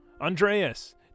Andreas